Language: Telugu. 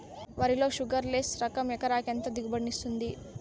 వరి లో షుగర్లెస్ లెస్ రకం ఎకరాకి ఎంత దిగుబడినిస్తుంది